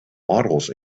models